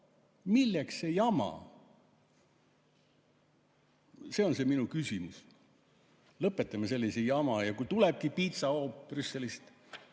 Milleks see jama? See on minu küsimus. Lõpetame sellise jama! Ja kui tulebki piitsahoop Brüsselist